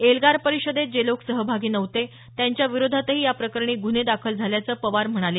एल्गार परिषदेत जे लोक सहभागी नव्हते त्यांच्याविरोधातही या प्रकरणी गुन्हे दाखल झाल्याचं पवार म्हणाले